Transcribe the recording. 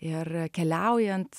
ir keliaujant